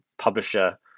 publisher